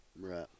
right